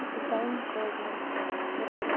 design ᱠᱚ ᱧᱮᱞᱛᱮ ᱯᱩᱨᱟᱹ